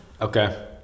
Okay